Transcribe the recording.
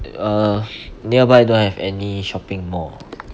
err nearby don't have any shopping mall